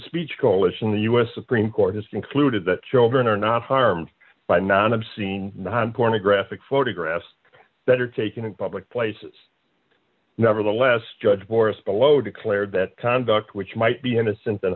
speech coalition the us supreme court has concluded that children are not harmed by not obscene non pornographic photographs that are taken in public places nevertheless judge morris below declared that conduct which might be innocent